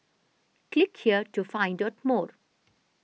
click here to find out more